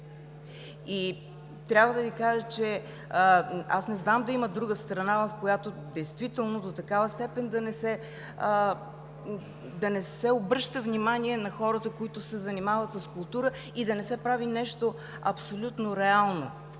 не може да работи. Аз не знам да има друга страна, в която действително до такава степен да не се обръща внимание на хората, които се занимават с култура, и да не се прави нещо абсолютно реално.